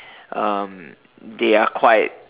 um they are quite